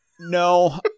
No